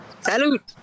salute